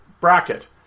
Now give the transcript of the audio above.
bracket